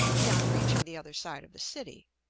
beyond reaching the other side of the city.